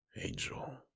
Angel